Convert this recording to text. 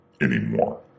anymore